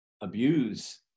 abuse